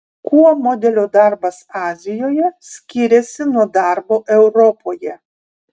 kuo modelio darbas azijoje skiriasi nuo darbo europoje